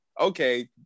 okay